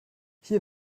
hier